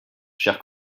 chers